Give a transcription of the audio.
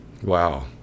Wow